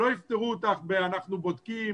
שלא יפטרו אותך ב'אנחנו בודקים',